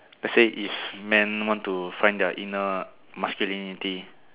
let's say is man want to find their inner masculinity